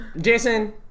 Jason